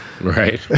Right